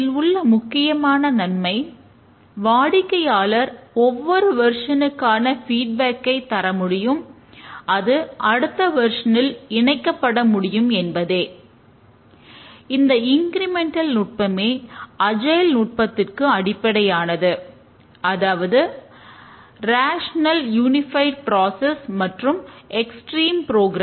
இதில் உள்ள முக்கியமான நன்மை வாடிக்கையாளர் ஒவ்வொரு வெர்ஷனுக்கான ஃபீட்பேக்